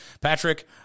Patrick